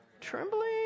trembling